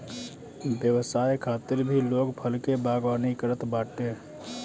व्यवसाय खातिर भी लोग फल के बागवानी करत बाटे